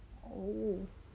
oh